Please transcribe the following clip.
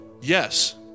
yes